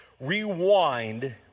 rewind